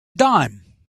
dime